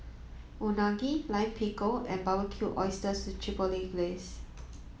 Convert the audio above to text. Unagi Lime Pickle and Barbecued Oysters with Chipotle Glaze